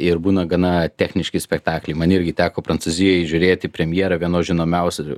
ir būna gana techniški spektakliai man irgi teko prancūzijoj žiūrėti premjerą vienos žinomiausių